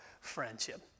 friendship